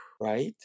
right